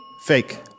Fake